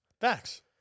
Facts